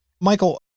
Michael